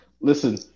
Listen